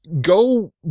go